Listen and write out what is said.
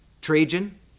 Trajan